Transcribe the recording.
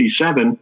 1957